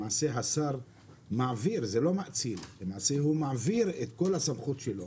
למעשה, השר מעביר, לא מאציל, את כל הסמכות שלו